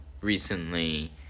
recently